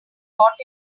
bought